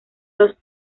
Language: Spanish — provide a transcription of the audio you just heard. los